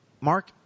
Mark